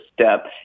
step